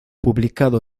publicado